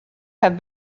have